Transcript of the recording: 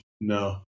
No